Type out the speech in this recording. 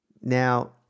Now